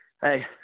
hey